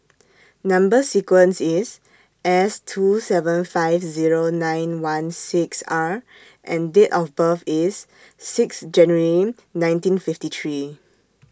Number sequence IS S two seven five Zero nine one six R and Date of birth IS six January nineteen fifty three